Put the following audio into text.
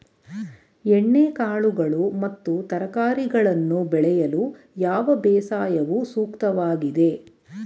ಎಣ್ಣೆಕಾಳುಗಳು ಮತ್ತು ತರಕಾರಿಗಳನ್ನು ಬೆಳೆಯಲು ಯಾವ ಬೇಸಾಯವು ಸೂಕ್ತವಾಗಿದೆ?